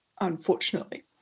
unfortunately